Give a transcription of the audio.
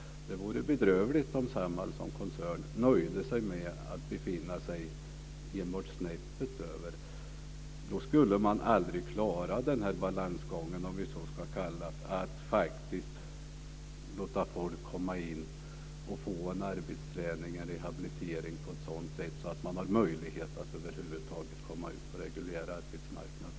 Det vore bedrövligt om Samhall som koncern nöjde sig med att befinna sig enbart snäppet över. Då skulle man aldrig klara balansgången, om vi ska kalla det så, att låta människor få en arbetsträning eller rehabilitering på ett sådant sätt att de har möjlighet att över huvud taget komma ut på den reguljära arbetsmarknaden.